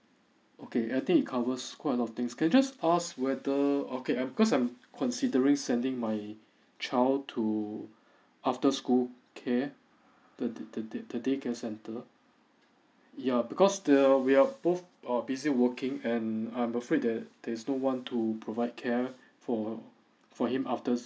okay I think it covers quite a lot of things can I just ask whether okay I because I'm considering sending my child to after school care the the the the daycare centre ya because the we are both uh busy working and I'm afraid there there is no one to provide care for for him after